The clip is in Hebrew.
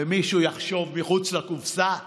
ומישהו יחשוב מחוץ לקופסה וימנע,